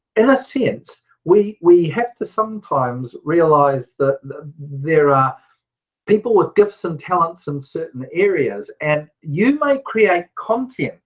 in a sense we we have to sometimes realise that there are people with gifts and talents in certain areas, and you may create content